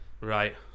right